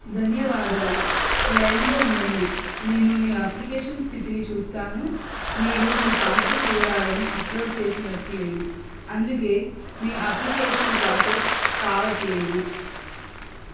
ధన్యవాదాలు లైన్లో ఉండండి నేను మీ అప్లికేషన్ స్థితిని చూస్తాను మీరు మీ పాస్బుక్ వివరాలను అప్లోడ్ చేసిననట్లు లేదు అందుకే మీ అప్లికేషన్ ప్రాసెస్ కావట్లేదు